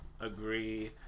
agree